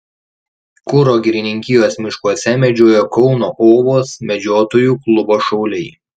kuro girininkijos miškuose medžioja kauno ovos medžiotojų klubo šauliai